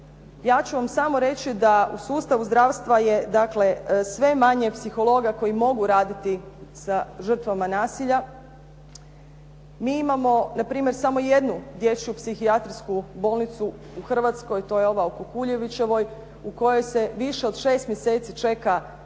Ja ću vam samo reći da u sustavu zdravstva je dakle sve manje psihologa koji mogu raditi sa žrtvama nasilja. Mi imamo npr. samo jednu dječju psihijatrijsku bolnicu u Hrvatskoj, to je ova u Kukuljevićevoj u kojoj se više od 6 mjeseci čeka na